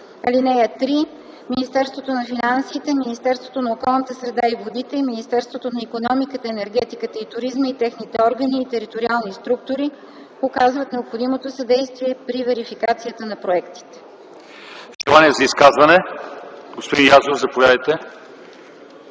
(3) Министерството на финансите, Министерството на околната среда и водите и Министерството на икономиката, енергетиката и туризма и техните органи и териториални структури оказват необходимото съдействие при верификацията на проектите.”